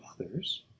others